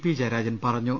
P Jayarajan പറഞ്ഞു